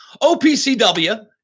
OPCW